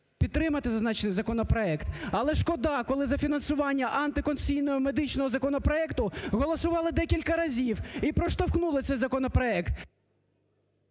підтримати зазначений законопроект, але шкода, коли за фінансування антиконституційного медичного законопроекту голосували декілька разів і проштовхнули цей законопроект….